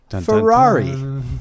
Ferrari